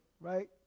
right